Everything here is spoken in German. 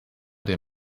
der